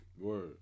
Word